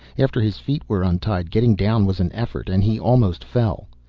after his feet were untied getting down was an effort, and he almost fell.